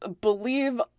believe